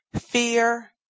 fear